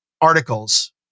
articles